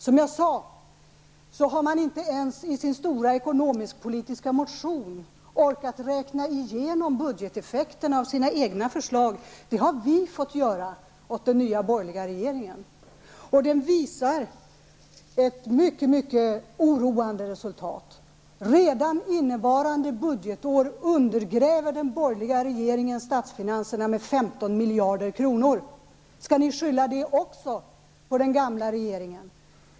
Som jag sade har man inte ens i sin stora ekonomisk-politiska motion orkat räkna igenom budgeteffekterna av sina egna förslag. Det har vi fått göra åt den nya borgerliga regeringen. Det visar ett mycket oroande resultat. Redan innevarande budgetår undergräver den borgerliga regeringen statsfinanserna med 15 miljarder kronor. Skall ni även skylla detta på den gamla regeringen?